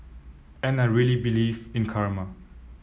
and I really believe in karma